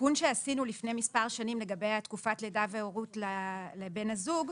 בתיקון שעשינו לפני מספר שנים לגבי תקופת לידה והורות לבן הזוג,